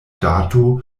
dato